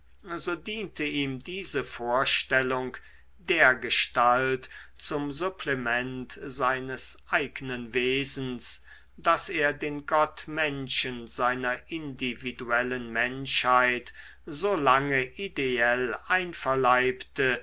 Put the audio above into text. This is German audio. so diente ihm diese vorstellung dergestalt zum supplement seines eignen wesens daß er den gottmenschen seiner individuellen menschheit so lange ideell einverleibte